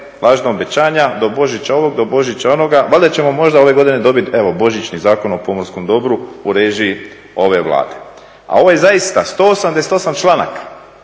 lažna obećanja, do Božića ovog, do Božića onoga. Valjda ćemo možda ove godine dobiti evo božićni Zakon o pomorskom dobru u režiji ove Vlade. A ovo je zaista 188. članaka.